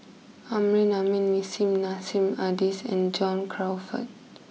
Amrin Amin Nissim Nassim Adis and John Crawfurd